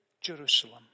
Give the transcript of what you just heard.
Jerusalem